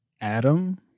Adam